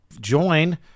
join